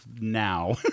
now